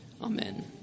Amen